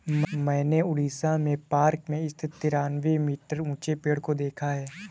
मैंने उड़ीसा में पार्क में स्थित तिरानवे मीटर ऊंचे पेड़ को देखा है